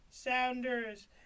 Sounders